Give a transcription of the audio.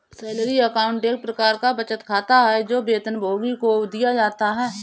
salary account एक प्रकार का बचत खाता है, जो वेतनभोगी को दिया जाता है